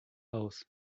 aus